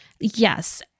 yes